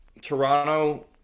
Toronto